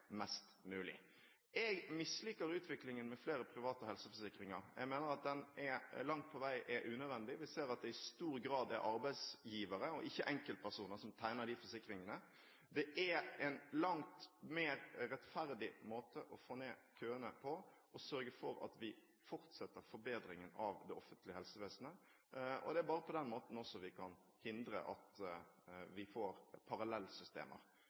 mest mulig. Jeg misliker utviklingen med flere private helseforsikringer. Jeg mener at den langt på vei er unødvendig. Vi ser at det i stor grad er arbeidsgivere og ikke enkeltpersoner som tegner de forsikringene. Det er en langt mer rettferdig måte å få ned køene på å sørge for at vi fortsetter forbedringen av det offentlige helsevesenet. Det er også bare på den måten vi kan hindre at vi får parallellsystemer,